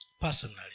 personally